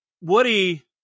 Woody